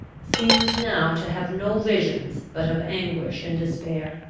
seemed now to have no visions but of anguish and despair.